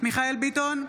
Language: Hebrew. מיכאל מרדכי ביטון,